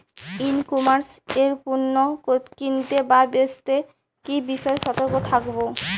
ই commerce এ পণ্য কিনতে বা বেচতে কি বিষয়ে সতর্ক থাকব?